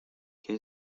qué